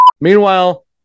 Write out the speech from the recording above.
Meanwhile